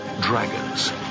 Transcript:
Dragons